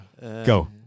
Go